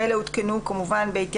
"חולה" "מגע